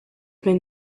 been